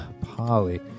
Polly